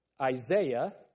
Isaiah